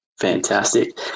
Fantastic